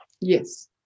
Yes